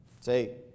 Say